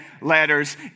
letters